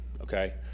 Okay